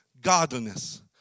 godliness